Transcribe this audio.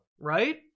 right